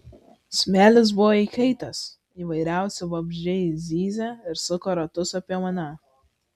smėlis buvo įkaitęs įvairiausi vabzdžiai zyzė ir suko ratus apie mane